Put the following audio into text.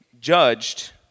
judged